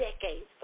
decades